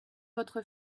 votre